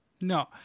No